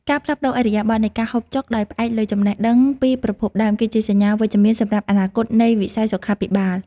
ការផ្លាស់ប្តូរឥរិយាបថនៃការហូបចុកដោយផ្អែកលើចំណេះដឹងពីប្រភពដើម គឺជាសញ្ញាវិជ្ជមានសម្រាប់អនាគតនៃវិស័យសុខាភិបាល។